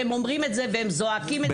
והם אומרים את זה והם זועקים את זה.